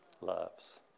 loves